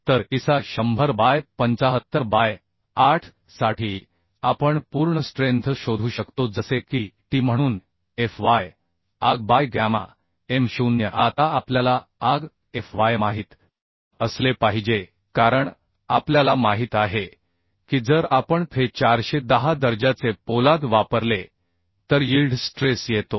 तर इसा 100 by 75 by 8 साठी आपण पूर्ण स्ट्रेंथ शोधू शकतो जसे की T म्हणून fyAg बाय गॅमा m0 आता आपल्याला Ag fy माहित असले पाहिजे कारण आपल्याला माहित आहे की जर आपण Fe410 दर्जाचे पोलाद वापरले तर यिल्ड स्ट्रेस येतो